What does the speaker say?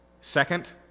Second